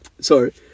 sorry